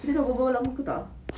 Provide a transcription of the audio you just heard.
kita dah berbual lama ke tak ah